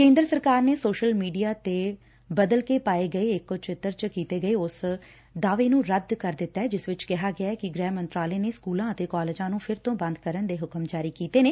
ਕੇਂਦਰ ਸਰਕਾਰ ਨੇ ਸੋਸ਼ਲ ਮੀਡੀਆ ਤੇ ਬਦਲ ਕੇ ਪਾਏ ਗਏ ਇਕ ਚਿੱਤਰ ਚ ਕੀਤੇ ਗਏ ਉਸ ਦਾਅਵੇ ਨੰ ਰੱਦ ਕਰ ਦਿੱਤੈ ਜਿਸ ਚ ਕਿਹਾ ਗੈ ਕਿ ਗੁਹਿ ਮੰਤਰਾਲੇ ਨੇ ਸਕੁਲਾਂ ਅਤੇ ਕਾਲਜਾਂ ਨੂੰ ਫਿਰ ਤੋਂ ਬੰਦ ਕਰਨ ਦੇ ਹੁਕਮ ਜਾਰੀ ਕੀਤੇ ਨੇ